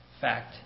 fact